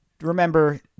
remember